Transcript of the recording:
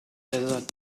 desert